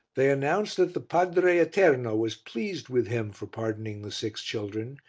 they announced that the padre eterno was pleased with him for pardoning the six children,